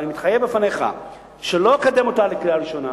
ואני מתחייב בפניך שלא אקדם אותה לקריאה ראשונה